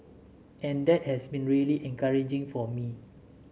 and that has been really encouraging for me